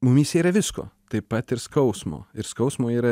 mumyse yra visko taip pat ir skausmo ir skausmo yra